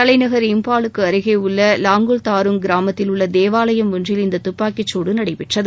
தலைநர் இம்பாலுக்கு அருகே உள்ள லங்கோல் தாருள் கிராமத்தில் உள்ள தேவாலயம் ஒன்றில் இந்த தப்பாக்கி குடு நடைபெற்றது